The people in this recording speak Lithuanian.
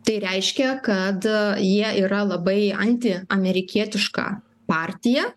tai reiškia kad jie yra labai antiamerikietiška partija